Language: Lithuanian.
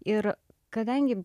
ir kadangi